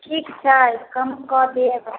ठीक छै कम कऽ देब